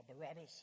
Barabbas